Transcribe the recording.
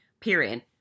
period